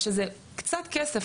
שזה קצת כסף,